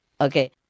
Okay